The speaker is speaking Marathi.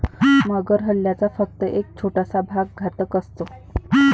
मगर हल्ल्याचा फक्त एक छोटासा भाग घातक असतो